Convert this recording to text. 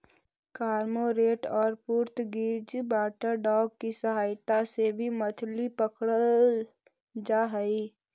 cormorant और Portuguese water dog की सहायता से भी मछली पकड़रल जा हई